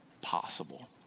possible